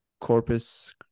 Corpus